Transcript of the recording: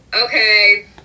okay